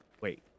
wait